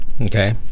Okay